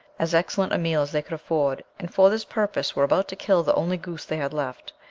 as excellent a meal as they could afford, and for this purpose were about to kill the only goose they had left,